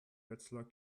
wetzlar